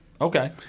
Okay